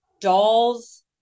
dolls